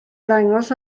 ddangos